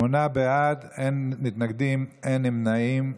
שמונה בעד, אין מתנגדים ואין נמנעים.